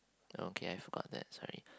oh okay I forget that sorry